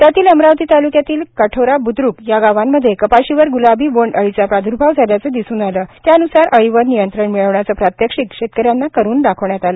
त्यातील अमरावती ताल्क्यातील कठोरा ब्द्रक या गावांमध्ये कपाशीवर ग्लाबी बोंड अळीचा प्रादुर्भाव झाल्याचे दिसून आले त्यान्सार अळीवर नियंत्रण मिळवण्याचे प्रात्यक्षिक शेतकऱ्यांना करून दाखविण्यात आले